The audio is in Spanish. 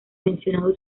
mencionado